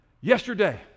yesterday